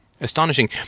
astonishing